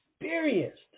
experienced